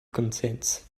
konsens